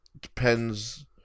Depends